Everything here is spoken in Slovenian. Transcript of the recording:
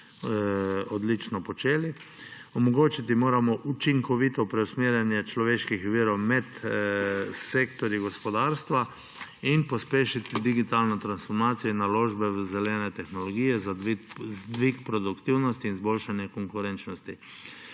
odlično počeli, omogočiti moramo učinkovito preusmerjanje človeških virov med sektorji gospodarstva ter pospešiti digitalno transformacijo in naložbe v zelene tehnologije za dvig produktivnosti in izboljšanje konkurenčnosti.